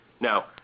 Now